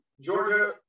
Georgia